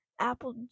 Apple